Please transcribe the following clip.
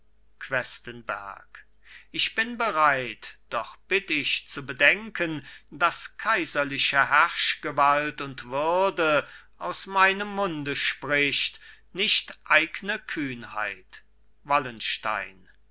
questenberg ich bin bereit doch bitt ich zu bedenken daß kaiserliche herrschgewalt und würde aus meinem munde spricht nicht eigne kühnheit wallenstein